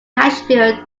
nashville